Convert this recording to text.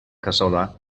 cassola